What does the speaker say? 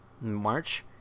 March